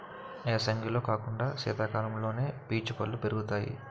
ఏసంగిలో కాకుండా సీతకాలంలోనే పీచు పల్లు పెరుగుతాయి